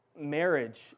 Marriage